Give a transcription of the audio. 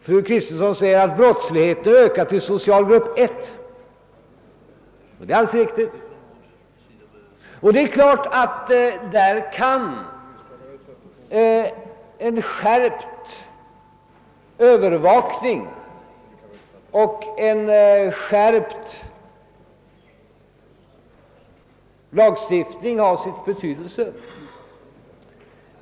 Fru Kristensson sade att brottsligheten ökade inom socialgrupp 1, och det är alldeles riktigt. Det är klart att en skärpt övervakning och en skärpt lagstiftning här kan vara av betydelse.